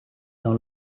dans